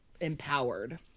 empowered